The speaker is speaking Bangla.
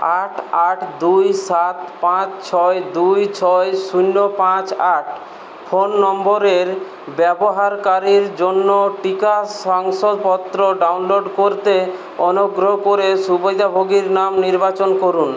আট আট দুই সাত পাঁচ ছয় দুই ছয় শূন্য পাঁচ আট ফোন নম্বরের ব্যবহারকারীর জন্য টিকা শংসাপত্র ডাউনলোড করতে অনুগ্রহ করে সুবিধাভোগীর নাম নির্বাচন করুন